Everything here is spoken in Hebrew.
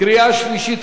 קריאה שלישית.